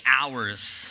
hours